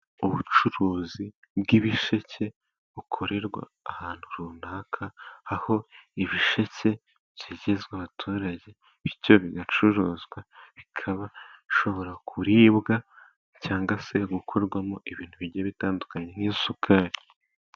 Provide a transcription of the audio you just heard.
Ubucuruzi bw'ibisheke bukorerwa ahantu runaka, aho ibisheke byegerezwa abaturage bityo bigacuruzwa ,bikaba bishobora kuribwa, cyangwa se gukorwamo ibintu bigiye bitandukanye nk'isukari.